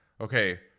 Okay